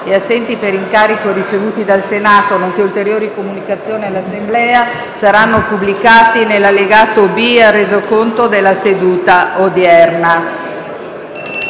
e assenti per incarico ricevuto dal Senato, nonché ulteriori comunicazioni all'Assemblea saranno pubblicati nell'allegato B al Resoconto della seduta odierna.